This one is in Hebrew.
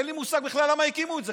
אין לי מושג בכלל למה הקימו את זה,